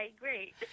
great